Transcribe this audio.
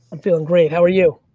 i'm feeling great. how are you?